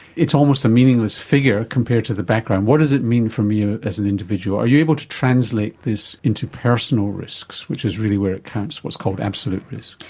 it's almost a meaningless figure compared to the background. what does it mean for me as an individual? are you able to translate this into personal risks, which is really where it counts, what is called absolute risk.